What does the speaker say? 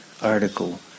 article